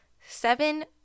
seven